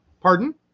Pardon